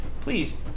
Please